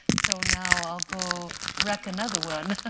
so now i'll go wreck another one.